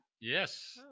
Yes